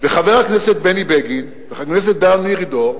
וחבר הכנסת בני בגין, וחבר הכנסת דן מרידור,